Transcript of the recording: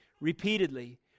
repeatedly